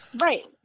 Right